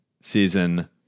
season